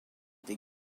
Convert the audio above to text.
des